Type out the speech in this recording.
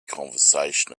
conversation